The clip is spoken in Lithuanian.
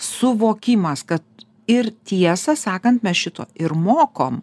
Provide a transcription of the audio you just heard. suvokimas kad ir tiesą sakant mes šito ir mokom